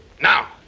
Now